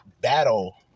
battle